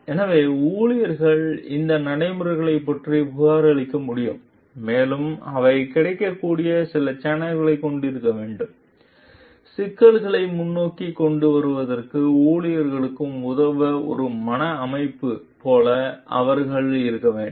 எனவே ஊழியர்கள் இந்த நடைமுறைகளைப் பற்றி புகாரளிக்க முடியும் மேலும் அவை கிடைக்கக்கூடிய சில சேனல்களைக் கொண்டிருக்க வேண்டும் சிக்கல்களை முன்னோக்கி கொண்டு வருவதற்கு ஊழியர்களுக்கு உதவ ஒரு மன அமைப்பு போல அவர்கள் இருக்க வேண்டும்